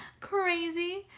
crazy